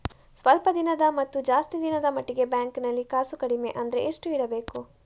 ಸ್ವಲ್ಪ ದಿನದ ಮತ್ತು ಜಾಸ್ತಿ ದಿನದ ಮಟ್ಟಿಗೆ ಬ್ಯಾಂಕ್ ನಲ್ಲಿ ಕಾಸು ಕಡಿಮೆ ಅಂದ್ರೆ ಎಷ್ಟು ಇಡಬೇಕು?